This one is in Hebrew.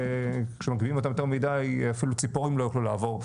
כשמגביהים אותן יותר מידי אפילו ציפורים לא יוכלו לעבור.